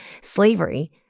slavery